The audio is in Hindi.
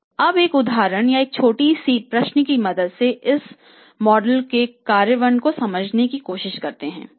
अब एक उदाहरण या एक छोटी स्थिति की मदद से इस मॉडल के कार्यान्वयन को समझने की कोशिश करते हैं